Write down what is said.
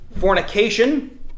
fornication